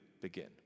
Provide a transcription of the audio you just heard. begin